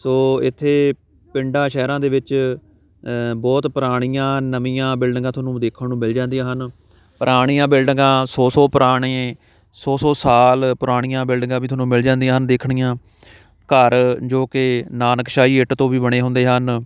ਸੋ ਇੱਥੇ ਪਿੰਡਾਂ ਸ਼ਹਿਰਾਂ ਦੇ ਵਿੱਚ ਬਹੁਤ ਪੁਰਾਣੀਆਂ ਨਵੀਆਂ ਬਿਲਡਿੰਗਾਂ ਤੁਹਾਨੂੰ ਦੇਖਣ ਨੂੰ ਮਿਲ ਜਾਂਦੀਆਂ ਹਨ ਪੁਰਾਣੀਆਂ ਬਿਲਡਿੰਗਾਂ ਸੌ ਸੌ ਪੁਰਾਣੇ ਸੌ ਸੌ ਸਾਲ ਪੁਰਾਣੀਆਂ ਬਿਲਡਿੰਗਾਂ ਵੀ ਤੁਹਾਨੂੰ ਮਿਲ ਜਾਂਦੀਆਂ ਹਨ ਦੇਖਣੀਆਂ ਘਰ ਜੋ ਕਿ ਨਾਨਕਸ਼ਾਹੀ ਇੱਟ ਤੋਂ ਵੀ ਬਣੇ ਹੁੰਦੇ ਹਨ